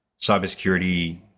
cybersecurity